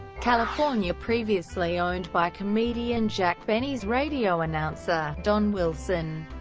california previously owned by comedian jack benny's radio announcer, don wilson.